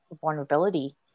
vulnerability